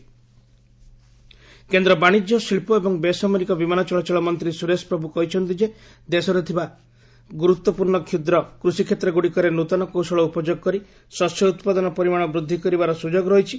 ସୁରେଶ ପ୍ରଭୁ କେନ୍ଦ୍ର ବାଣିଜ୍ୟ ଶିଳ୍ପ ଏବଂ ବେସାମରିକ ବିମାନ ଚଳାଚଳ ମନ୍ତ୍ରୀ ସୁରେଶ ପ୍ରଭୁ କହିଛନ୍ତି ଯେ ଦେଶରେ ଥିବା ଗୁରୁତ୍ୱପୂର୍ଣ୍ଣ କ୍ଷୁଦ୍ର କୃଷିକ୍ଷେତ୍ରଗୁଡ଼ିକରେ ନୂତନ କୌଶଳ ଉପଯୋଗ କରି ଶସ୍ୟ ଉତ୍ପାଦନ ପରିମାଣ ବୃଦ୍ଧି କରିବାର ସୁଯୋଗ ରହିଛି